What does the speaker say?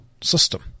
system